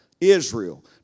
Israel